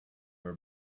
her